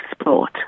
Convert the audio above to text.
Sport